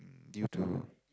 due to